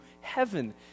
heaven